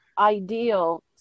ideal